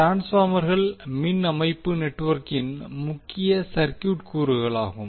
ட்ரான்ஸ்பார்மர்கள் மின் அமைப்பு நெட்வொர்க்கின் முக்கிய சர்க்யூட் கூறுகளாகும்